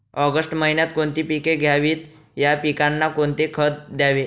August महिन्यात कोणती पिके घ्यावीत? या पिकांना कोणते खत द्यावे?